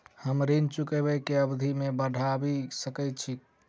हम ऋण चुकाबै केँ अवधि केँ बढ़ाबी सकैत छी की?